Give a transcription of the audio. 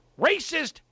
racist